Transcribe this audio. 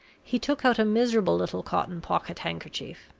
he took out a miserable little cotton pocket-handkerchief,